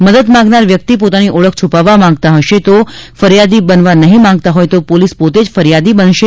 મદદ માગનાર વ્યક્તિ પોતાની ઓળખ છ્રપાવવા માંગતા હશે અને ફરિયાદી બનવા નહીં માગતા હોય તો પોલીસ પોતે જ ફરિયાદી બને છે